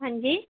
ਹਾਂਜੀ